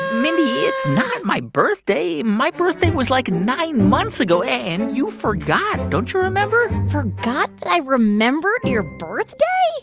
mindy, it's not my birthday. my birthday was, like, nine months ago, and you forgot. don't you remember? forgot that i remembered your birthday?